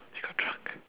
you got drunk